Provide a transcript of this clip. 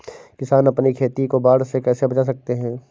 किसान अपनी खेती को बाढ़ से कैसे बचा सकते हैं?